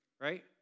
right